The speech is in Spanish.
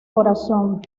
corazón